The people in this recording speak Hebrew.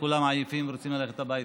כולם עייפים ורוצים ללכת הביתה.